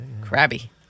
Crabby